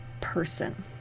person